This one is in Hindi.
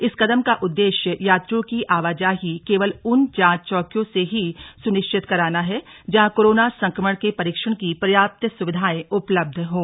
इस कदम का उद्देश्य यात्रियों की आवाजाही केवल उन जांच चौकियों से ही सुनिश्चित कराना है जहां कोरोना संक्रमण के परीक्षण की पर्याप्त सुविधाएं उपलब्ध हों